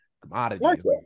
commodities